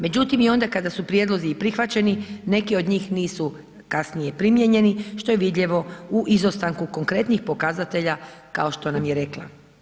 Međutim, i onda kada su prijedlozi i prihvaćeni, neki od njih nisu kasnije primijenjeni, što je vidljivo iz izostanku konkretnih pokazatelja, kao što nam je rekla.